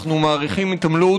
אנחנו מעריכים התעמלות.